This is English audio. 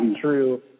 true